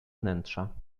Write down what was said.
wnętrza